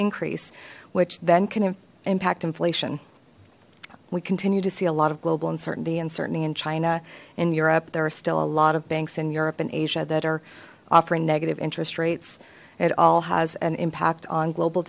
increase which then can impact inflation we continue to see a lot of global uncertainty and certainty in china in europe there are still a lot of banks in europe and asia that are offering negative interest rates it all has an impact on global